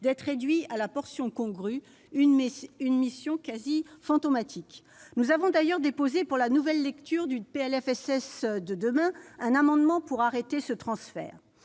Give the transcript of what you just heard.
une réduction à la portion congrue. La mission devient quasi fantomatique. Nous avons d'ailleurs déposé, pour la nouvelle lecture du PLFSS, demain, un amendement pour arrêter ce transfert.